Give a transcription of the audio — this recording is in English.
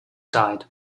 died